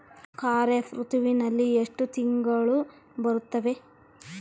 ಖಾರೇಫ್ ಋತುವಿನಲ್ಲಿ ಎಷ್ಟು ತಿಂಗಳು ಬರುತ್ತವೆ?